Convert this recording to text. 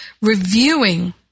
reviewing